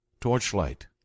Torchlight